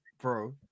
bro